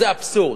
וזה אבסורד.